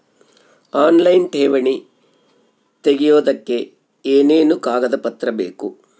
Online ಠೇವಣಿ ತೆಗಿಯೋದಕ್ಕೆ ಏನೇನು ಕಾಗದಪತ್ರ ಬೇಕು?